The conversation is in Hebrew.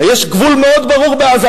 יש גבול מאוד ברור בעזה,